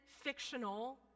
fictional